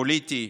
פוליטי,